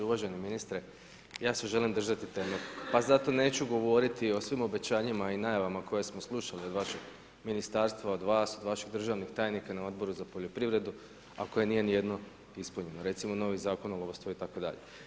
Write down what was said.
Uvaženi ministre, ja se želim držati teme pa zato neću govoriti o svim obećanjima i najavama koje smo slušali od vašeg ministarstva, od vas, od vašeg državnog tajnika na Odboru za poljoprivredu a koje nije nijedno ispunjeno, recimo novi Zakon o lovstvu itd.